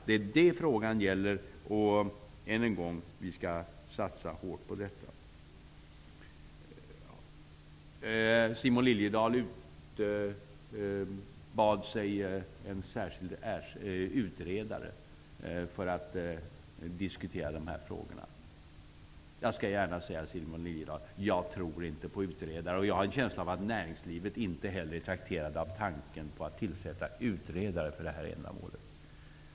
Det är vad frågan gäller. Än en gång, vi skall satsa hårt på detta. Simon Liliedahl utbad sig en särskild utredare för att diskutera dessa frågor. Jag skall gärna säga Simon Liliedahl att jag inte tror på utredare, och jag har en känsla av att man inom näringslivet inte heller är trakterad av tanken på att tillsätta utredare för detta ändamål.